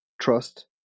trust